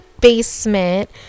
basement